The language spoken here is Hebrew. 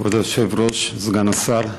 כבוד היושב-ראש, סגן השר,